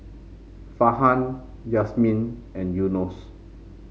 Farhan Yasmin and Yunos